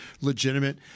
legitimate